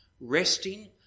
resting